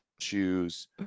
shoes